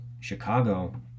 chicago